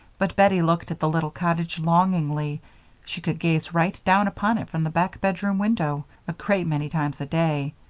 but bettie looked at the little cottage longingly she could gaze right down upon it from the back bedroom window a great many times a day.